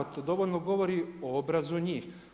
To dovoljno govori o obrazu njih.